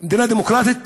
מדינה דמוקרטית,